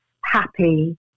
happy